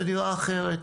זה נראה אחרת.